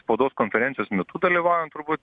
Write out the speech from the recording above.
spaudos konferencijos metu dalyvaujant turbūt